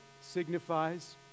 signifies